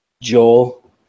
Joel